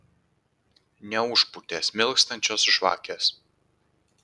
neužpūtė smilkstančios žvakės